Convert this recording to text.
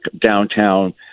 downtown